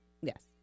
Yes